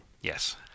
yes